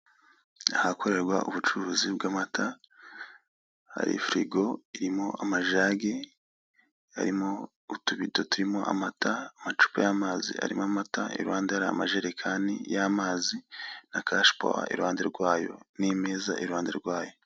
Ahakorerwa ubucuruzi bw'amata hari firigo irimo amajagi, harimo utubido turimo amata, amacupa y'amazi arimo amata ituhande hari amajerekani y'amazi na kashi pawa iruhande rwayo n'imeza iruhande rwayo.